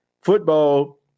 football